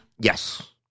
Yes